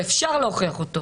ואפשר להוכיח אותו.